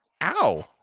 ow